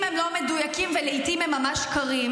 הם לא מדויקים ולעיתים הם ממש שקרים,